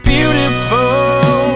Beautiful